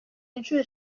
inshuro